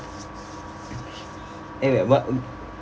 anyway what mm